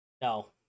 No